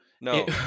No